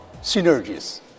synergies